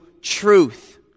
truth